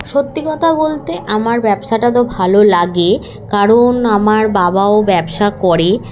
সত্যি কথা বলতে আমার ব্যবসাটা তো ভালো লাগে কারণ আমার বাবাও ব্যবসা করে